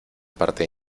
parte